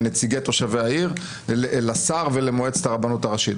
מנציגי תושבי העיר אל השר ואל מועצת הרבנות הראשית.